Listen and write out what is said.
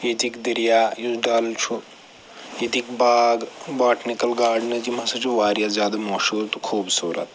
ییٚتِکۍ دریا یُس ڈل چھُ ییٚتِکۍ باغ باٹنِکٕل گاڈنٕز یِم ہسا چھِ وارِیاہ زیادٕ زیادٕ مشہوٗر خوٗبصوٗرت